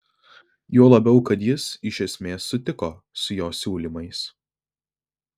juo labiau kad jis iš esmės sutiko su jo siūlymais